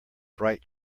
bright